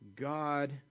god